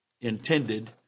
intended